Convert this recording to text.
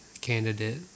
candidate